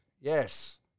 Yes